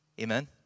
Amen